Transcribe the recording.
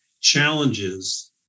challenges